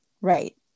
Right